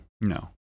no